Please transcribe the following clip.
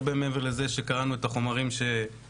הרבה מעבר לזה שקראנו את החומרים ששלחתם.